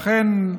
לכן,